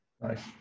nice